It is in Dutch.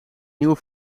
nieuwe